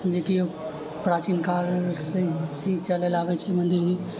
जेकि प्राचीनकालसँ ही चलल आबै छै मन्दिर भी